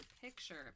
picture